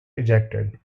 ejected